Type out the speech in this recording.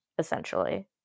essentially